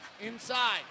inside